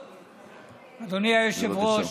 אגב,